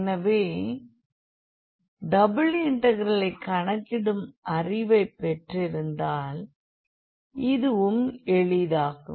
எனவே டபுள் இன்டெக்ரலை கணக்கிடும் அறிவை பெற்றிருந்தால் இதுவும் எளிதாகும்